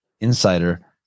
Insider